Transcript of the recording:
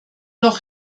noch